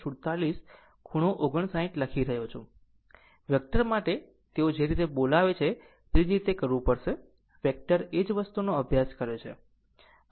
47 ખૂણો 59 લખી રહ્યો છું વેક્ટર માટે તેઓ જે રીતે બોલાવે છે તે જ રીતે કરવું પડશે વેક્ટર એ જ વસ્તુનો અભ્યાસ કર્યો છે